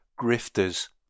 grifters